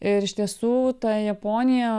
ir iš tiesų ta japonija